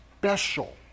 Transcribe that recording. special